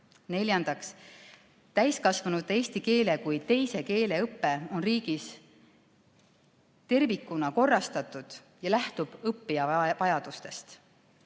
Neljandaks, täiskasvanute eesti keele kui teise keele õpe on riigis tervikuna korrastatud ja lähtub õppija vajadustest.